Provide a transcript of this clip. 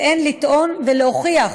וכן לטעון ולהוכיח